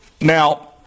Now